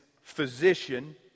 physician